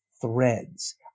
threads